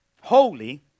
Holy